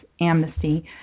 amnesty